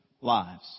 lives